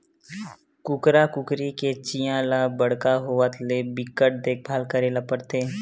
कुकरा कुकरी के चीया ल बड़का होवत ले बिकट देखभाल करे ल परथे